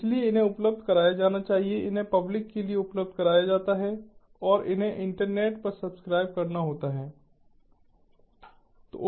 इसलिए इन्हें उपलब्ध कराया जाना चाहिए इन्हें पब्लिक के लिए उपलब्ध कराया जाता है और इन्हें इंटरनेट पर सब्सक्राइब करना होता है